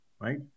right